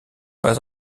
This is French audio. pas